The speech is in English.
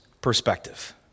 perspective